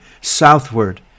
southward